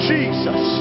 Jesus